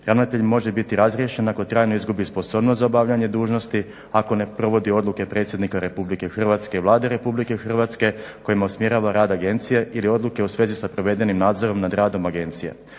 Ravnatelj može biti razriješen ako trajno izgubi sposobnost za obavljanje dužnosti, ako ne provodi odluke predsjednika Republike Hrvatske i Vlade Republike Hrvatske kojima usmjerava rad agencije ili odluke u svezi sa provedenim nadzorom nad radom agencije.